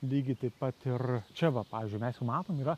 lygiai taip pat ir čia va pavyzdžiui mes jau matom yra